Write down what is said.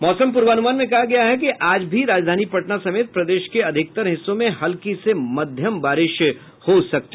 मौसम पूर्वानुमान में कहा गया है कि आज भी राजधानी पटना समेत प्रदेश के अधिकतर हिस्सों में हल्की से मध्यम बारिश हो सकती